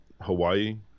Hawaii